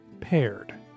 Paired